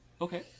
Okay